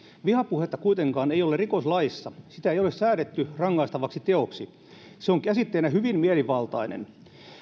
vihapuhetta kuitenkaan ei ole rikoslaissa sitä ei ole säädetty rangaistavaksi teoksi se on käsitteenä hyvin mielivaltainen